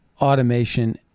automation